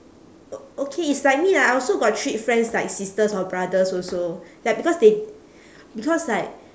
o~ okay it's like me lah I also got treat friends like sisters or brothers also like because they because like